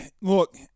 look